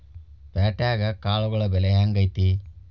ಪ್ಯಾಟ್ಯಾಗ್ ಕಾಳುಗಳ ಬೆಲೆ ಹೆಂಗ್ ಐತಿ?